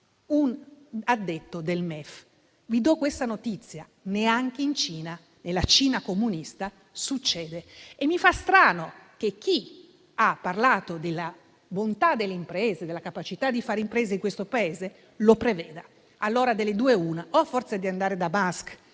e delle finanze. Vi do questa notizia: neanche in Cina, nella Cina comunista, questo succede. E mi fa strano che chi ha parlato della bontà delle imprese e della capacità di fare impresa in questo Paese lo preveda. Allora delle due l'una: o a forza di andare da Musk e